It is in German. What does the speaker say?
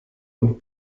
und